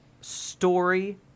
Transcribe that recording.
story